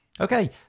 okay